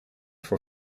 voor